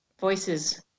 voices